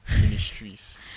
ministries